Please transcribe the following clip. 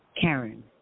Karen